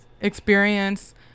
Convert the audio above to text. experience